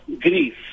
grief